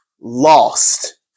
lost